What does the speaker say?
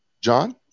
John